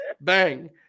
bang